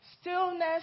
Stillness